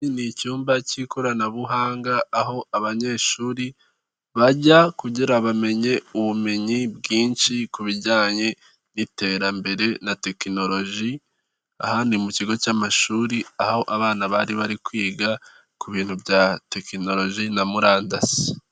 Iki ni icyumba k'ikoranabuhanga aho abanyeshuri bajya kugira bamenye ubumenyi bwinshi ku bijyanye n'iterambere na tekinoloji, aha ni mu kigo cy'amashuri aho abana bari bari kwiga ku bintu bya tekinoloji na murandasi.